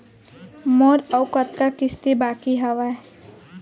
मोर अऊ कतका किसती बाकी हवय?